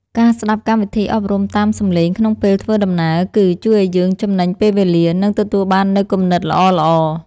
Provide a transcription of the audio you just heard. ការស្ដាប់កម្មវិធីអប់រំតាមសម្លេងក្នុងពេលធ្វើដំណើរ គឺ ជួយឱ្យយើងចំណេញពេលវេលា និង ទទួលបាននូវគំនិតល្អៗ។